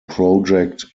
project